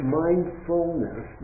mindfulness